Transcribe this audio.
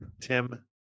Tim